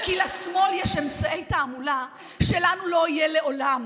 כי לשמאל יש אמצעי תעמולה שלנו לא יהיו לעולם.